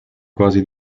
quasi